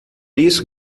isso